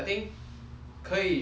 可以 try to